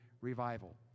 revival